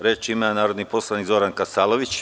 Reč ima narodni poslanik Zoran Kasalović.